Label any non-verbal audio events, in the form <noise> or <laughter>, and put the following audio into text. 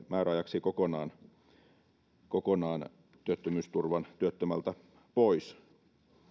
<unintelligible> määräajaksi kokonaan kokonaan työttömyysturvan työttömältä pois